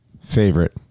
favorite